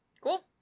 Cool